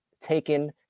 taken